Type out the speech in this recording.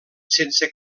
sense